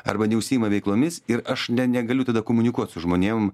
arba neužsiima veiklomis ir aš ne negaliu tada komunikuot su žmonėm